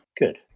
good